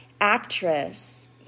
Actress